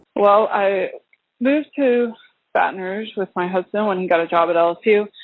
well i moved to baton rouge with my husband, when he got a job at lsu.